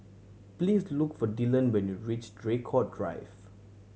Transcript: please look for Dillon when you reach Draycott Drive